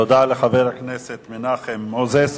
תודה לחבר הכנסת מנחם מוזס.